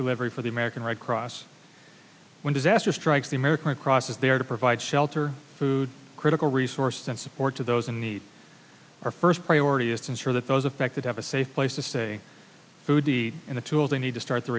delivery for the american red cross when disaster strikes the american red cross is there to provide shelter food critical resources and support to those in need our first priority is to ensure that those affected have a safe place to stay food to eat and the tools they need to start the